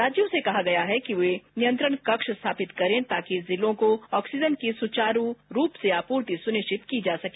राज्यों से कहा गया है किवे नियंत्रण कक्ष स्थापित करें ताकि जिलों को ऑक्सीजन की सुचारु रूप से आपूर्ति सुनिश्चित की जा सके